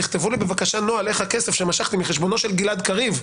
תכתבו לי בבקשה נוהל איך הכסף שמשכתי מחשבונו של גלעד קריב,